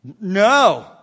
No